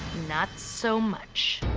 not so much.